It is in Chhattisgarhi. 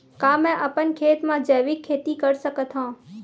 का मैं अपन खेत म जैविक खेती कर सकत हंव?